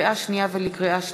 לקריאה שנייה ולקריאה שלישית,